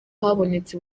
habonetse